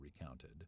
recounted